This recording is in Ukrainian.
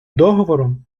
договором